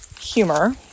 humor